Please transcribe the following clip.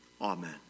amen